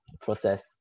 process